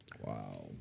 Wow